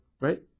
right